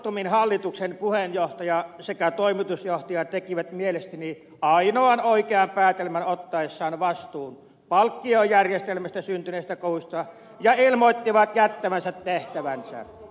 fortumin hallituksen puheenjohtaja ja toimitusjohtaja tekivät mielestäni ainoan oikean päätelmän ottaessaan vastuun palkkiojärjestelmistä syntyneestä kohusta ja ilmoittivat jättävänsä tehtävänsä